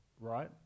Right